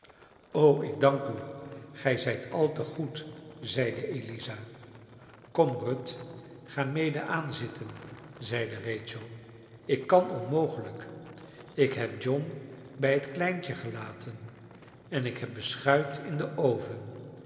o ik dank u gij zijt al te goed zeide eliza kom ruth ga mede aanzitten zeide rachel ik kan onmogelijk ik heb john bij het kleintje gelaten en ik heb beschuit in den oven